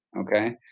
Okay